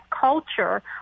culture